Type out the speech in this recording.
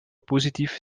positief